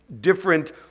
different